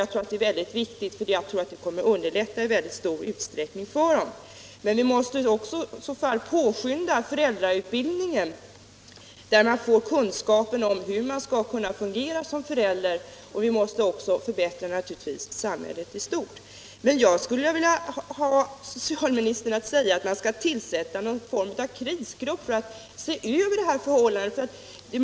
Jag tror att det i mycket stor utsträckning kommer att underlätta föräldrarnas situation. Men vi måste i så fall också påskynda föräldrautbildningen, där man får kunskap om hur man skall fungera som förälder, och vi måste naturligtvis förbättra samhället i stort. Jag skulle vilja ha socialministern att säga, att han skall tillsätta någon form av krisgrupp för att se över de här förhållandena.